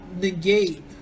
negate